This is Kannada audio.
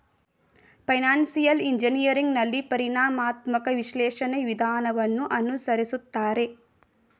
ಫೈನಾನ್ಸಿಯಲ್ ಇಂಜಿನಿಯರಿಂಗ್ ನಲ್ಲಿ ಪರಿಣಾಮಾತ್ಮಕ ವಿಶ್ಲೇಷಣೆ ವಿಧಾನವನ್ನು ಅನುಸರಿಸುತ್ತಾರೆ